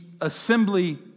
assembly